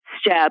step